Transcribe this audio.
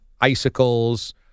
icicles